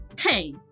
Hey